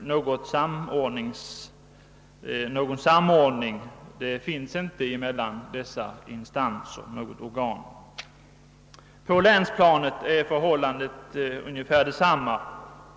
Någon samordning finns inte mellan dessa instanser. På länsplanet är förhållandet ungefär detsamma.